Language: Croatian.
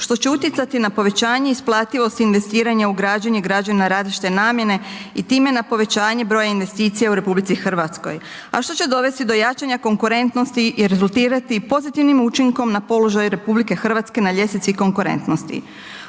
što će utjecati na povećanje isplativosti investiranja u građenje građevina na različite namjene i time na povećanje broja investicija u RH, a što će dovesti do jačanja konkurentnosti i rezultirati pozitivnim učinkom na položaj RH na ljestvici konkurentnosti.